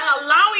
allowing